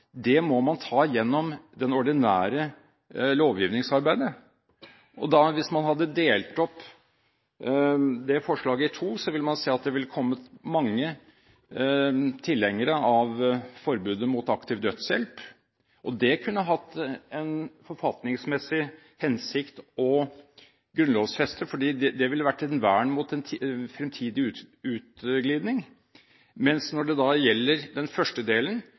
må man ta gjennom det ordinære lovgivningsarbeidet. Hvis man hadde delt opp det forslaget i to, ville man se at det ville kommet mange tilhengere av forbudet mot aktiv dødshjelp, og dét kunne det hatt en forfatningsmessig hensikt å grunnlovfeste, for det ville vært et vern mot en fremtidig utglidning. Mens når det gjelder den første delen,